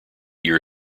year